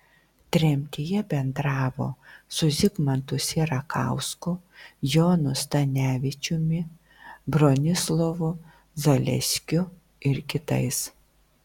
tremtyje bendravo su zigmantu sierakausku jonu stanevičiumi bronislovu zaleskiu ir kitais